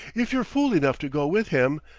if you're fool enough to go with him,